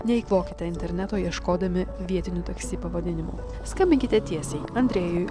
neeikvokite interneto ieškodami vietinių taksi pavadinimų skambinkite tiesiai andrejui